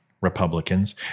Republicans